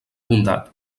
bondat